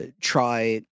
try